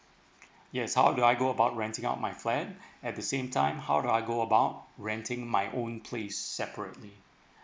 yes how do I go about renting out my flat at the same time how do I go about renting my own place separately